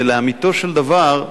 שלאמיתו של דבר,